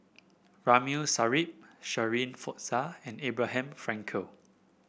Ramli Sarip Shirin Fozdar and Abraham Frankel